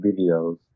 videos